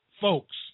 folks